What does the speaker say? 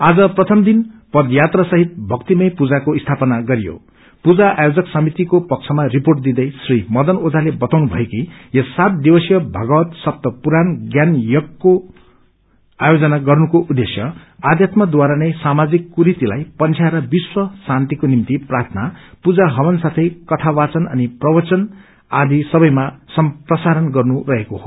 आज प्रथम दिन पदयात्रासहित भक्तिमय पूजाको स्थापना गरियो पूजा आयोजक समितिको पक्षमा रिपोट दिदै श्री मदन ओझाले रिपोट दिदै श्री मदन ओझाले बताउनुभयो कि यस सात दिवसीय भागवत सप्त पुराण ज्ञान यज्ञको आयोजन गर्नुको उद्देश्य अध्यात्मद्वारानै सामाजिक कुरतिलाई पन्छाएर विश्व शान्तिको निश्रि प्रायना पूजा हवन साौँ काी वाचन अनि प्रवचन आदि सबेमा सम्प्रसारण गन्नु रहेको छ